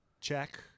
check